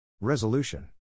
Resolution